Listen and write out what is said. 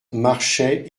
marchaient